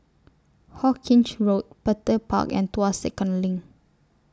Hawkinge Road Petir Park and Tuas Second LINK